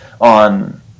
on